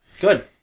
Good